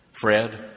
Fred